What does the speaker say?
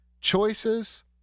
choices